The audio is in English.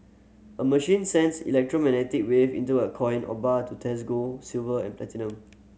a machine sends electromagnetic wave into a coin or bar to test gold silver and platinum